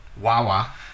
Wawa